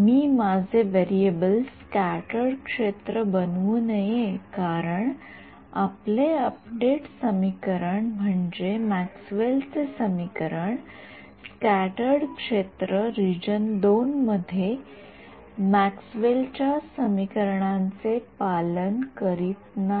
मी माझे variable scattered क्षेत्र बनवू नये कारण आपले अपडेट समीकरण म्हणजे मॅक्सवेलचे समीकरण स्क्याटर्ड क्षेत्र रिजन II मध्ये मॅक्सवेलच्या समीकरणांचे पालन करीत नाही